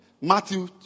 Matthew